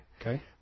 Okay